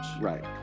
right